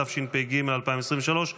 התשפ"ג 2023,